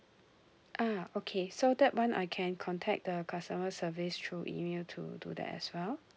uh okay so that one I can contact the customer service through email to do that as well